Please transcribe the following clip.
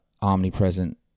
omnipresent